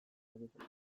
egiteko